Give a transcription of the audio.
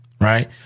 right